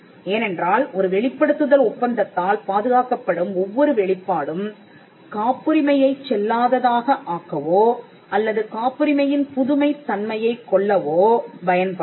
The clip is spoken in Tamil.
ஏனென்றால் ஒரு வெளிப்படுத்துதல் ஒப்பந்தத்தால் பாதுகாக்கப்படும் ஒவ்வொரு வெளிப்பாடும் காப்புரிமையைச் செல்லாததாக ஆக்கவோ அல்லது காப்புரிமையின் புதுமைத் தன்மையைக் கொல்லவோ பயன்படாது